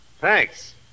Thanks